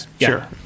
sure